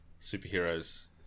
superheroes